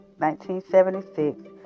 1976